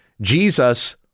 Jesus